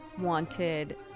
wanted